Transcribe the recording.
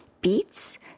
beets